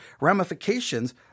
ramifications